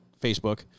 Facebook